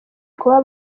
kuba